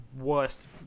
worst